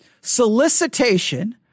Solicitation